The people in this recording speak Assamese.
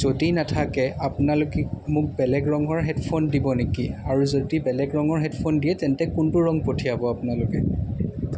যদি নাথাকে আপোনালোকে মোক বেলেগ ৰঙৰ হেডফোন দিব নেকি আৰু যদি বেলেগ ৰঙৰ হেডফোন দিয়ে তেন্তে কোনটো ৰং পঠিয়াব আপোনালোকে